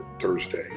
Thursday